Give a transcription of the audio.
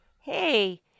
hey